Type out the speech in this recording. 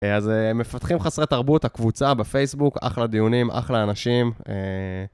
אז מפתחים חסרי תרבות, הקבוצה בפייסבוק, אחלה דיונים, אחלה אנשים.